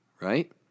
right